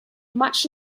much